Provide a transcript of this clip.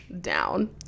down